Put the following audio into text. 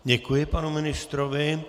Děkuji panu ministrovi.